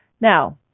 Now